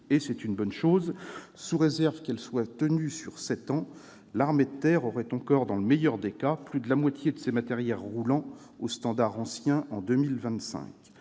qui est une bonne chose. Sous réserve que cette cadence soit maintenue sur sept ans, l'armée de terre aurait encore, dans le meilleur des cas, plus de la moitié de ses matériels roulants aux standards anciens en 2025.